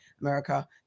America